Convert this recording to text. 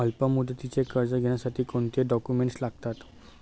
अल्पमुदतीचे कर्ज घेण्यासाठी कोणते डॉक्युमेंट्स लागतात?